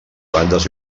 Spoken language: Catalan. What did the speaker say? bandes